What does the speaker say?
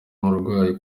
umurwayi